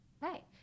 right